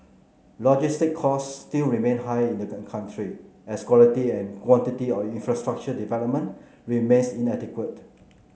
logistic costs still remain high in the country as quality and quantity of infrastructure development remains inadequate